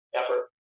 effort